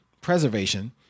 preservation